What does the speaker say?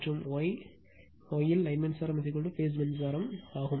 மற்றும் Y Y line மின்சாரம் phase மின்சாரம் ஆகும்